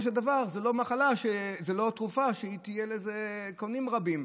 של דבר זו לא תרופה שיהיו לה קונים רבים.